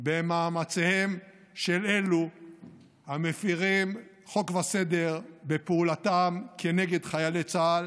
במאמציהם של אלו המפירים חוק וסדר בפעולתם נגד חיילי צה"ל